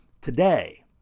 today